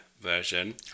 version